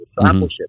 discipleship